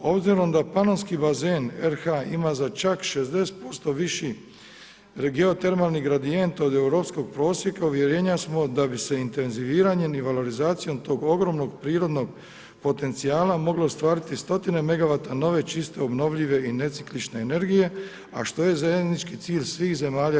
Obzirom da panonski bazen RH ima za čak 60% viši regio termalni gradijent od europskog prosjeka, uvjerenja smo da bi se intenziviranjem i valorizacijom tog ogromnog, prirodnog potencijala moglo ostvariti stotine megawata nove, čiste, obnovljive i neciklične energije, a što je zajednički cilj svih zemalja EU.